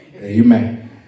Amen